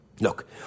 Look